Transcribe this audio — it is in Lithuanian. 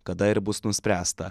kada ir bus nuspręsta